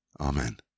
Amen